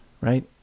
right